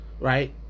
right